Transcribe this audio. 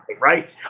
right